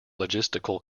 logistical